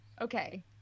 Okay